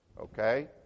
okay